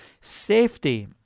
Safety